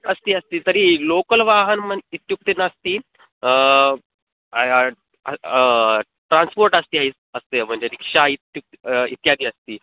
अस्ति अस्ति तर्हि लोक्ल् वाहनं मन् इत्युक्ते नास्ति ट्रान्सोर्ट् अस्ति ये अस्य वञ्ज् रिक्षा इत्युत् इत्यादि अस्ति